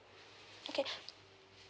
okay